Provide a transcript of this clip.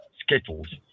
skittles